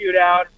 shootout